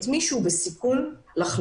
את מי שהוא בסיכון לחלות.